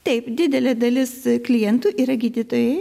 taip didelė dalis klientų yra gydytojai